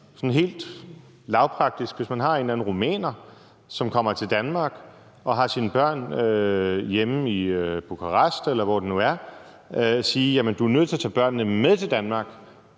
helt lavpraktisk, hvis man har en eller anden rumæner, som kommer til Danmark og har sine børn hjemme i Bukarest, eller hvor det nu er, kan man sige: Jamen du er nødt til at tage børnene med til Danmark